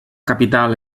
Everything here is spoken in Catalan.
capital